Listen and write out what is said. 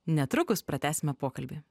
netrukus pratęsime pokalbį